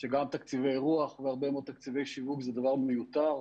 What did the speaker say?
שגם תקציבי אירוח והרבה מאוד תקציבי שיווק זה דבר מיותר,